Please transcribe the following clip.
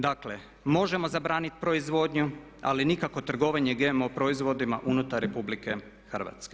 Dakle, možemo zabraniti proizvodnju ali nikako trgovanje GMO proizvodima unutar RH.